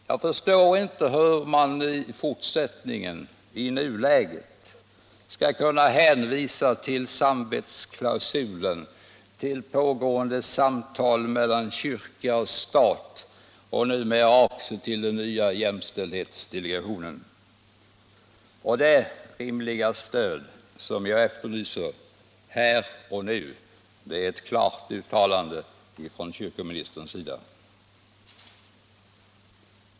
Jag förstår inte hur man längre skall kunna hänvisa till samvetsklausulen, till pågående samtal mellan kyrka och stat samt numera också till den nya jämställdhetsdelegationen. Det rimliga stöd jag efterlyser här och nu är ett klart uttalande från kyrkoministerns sida.